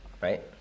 right